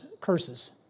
curses